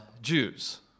Jews